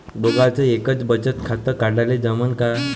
दोघाच एकच बचत खातं काढाले जमनं का?